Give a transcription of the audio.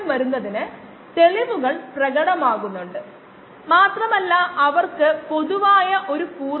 അതോടൊപ്പം closed ended problem solving കുറച്ചു നമ്മൾ അടുത്തത്തിലേക്കു പോകാം